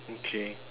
okay